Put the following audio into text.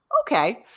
Okay